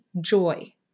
joy